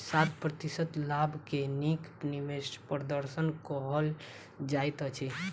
सात प्रतिशत लाभ के नीक निवेश प्रदर्शन कहल जाइत अछि